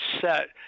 set